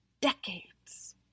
decades